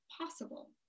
possible